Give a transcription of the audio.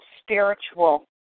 spiritual